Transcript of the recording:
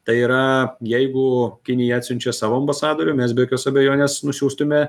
tai yra jeigu kinija atsiunčia savo ambasadorių mes be jokios abejonės nusiųstume